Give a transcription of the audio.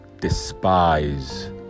despise